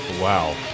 Wow